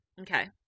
Okay